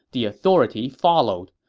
the authority followed.